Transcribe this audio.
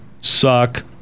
suck